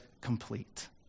complete